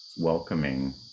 welcoming